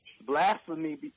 blasphemy